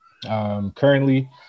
Currently